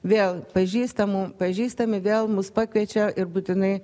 vėl pažįstamų pažįstami vėl mus pakviečia ir būtinai